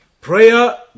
Prayer